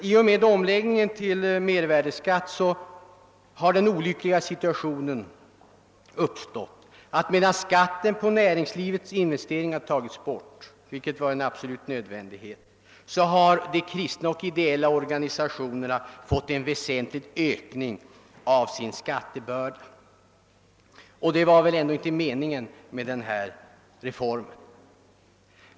I och med omläggningen till mervärdeskatt har den olyckliga situationen uppstått att medan skatten på näringslivets investeringar tagits bort, vilket var nödvändigt, har de kristna och ideella organisationerna fått en väsentlig ökning av sin skattebörda. Det var väl ändå inte meningen med denna reform.